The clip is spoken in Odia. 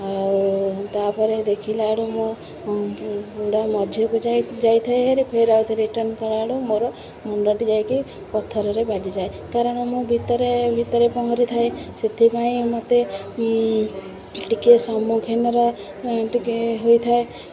ଆଉ ତାପରେ ଦେଖିଲା ବେଳୁ ମୁଁ ବୁଡ଼ା ମଝିକୁ ଯାଇ ଯାଇଥାଏ ହାରି ଫେର ଆଉଥରେ ରିଟର୍ଣ୍ଣ କଲା ବେଳକୁ ମୋର ମୁଣ୍ଡଟି ଯାଇକି ପଥରରେ ବାଜିଯାଏ କାରଣ ମୁଁ ଭିତରେ ଭିତରେ ପହଁରିଥାଏ ସେଥିପାଇଁ ମୋତେ ଟିକେ ସମ୍ମୁଖୀନର ଟିକେ ହୋଇଥାଏ